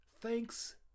thanks